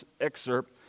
excerpt